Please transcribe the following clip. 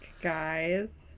guys